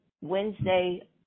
Wednesday